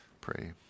pray